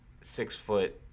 six-foot